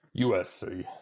USC